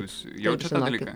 jūs jaučiat tą dalyką